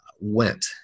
went